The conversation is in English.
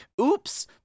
Oops